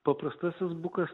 paprastosios bukas